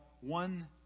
one